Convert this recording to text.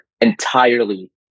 entirely